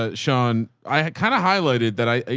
ah sean, i kind of highlighted that. i,